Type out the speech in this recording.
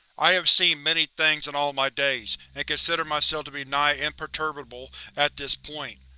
i have seen many things in all of my days, and consider myself to be nigh-imperturbable at this point.